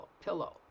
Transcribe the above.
pillow